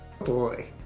Boy